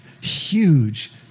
huge